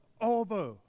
over